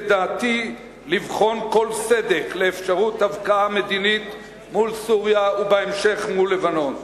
לדעתי לבחון כל סדק לאפשרות הבקעה מדינית מול סוריה ובהמשך מול לבנון.